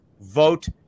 Vote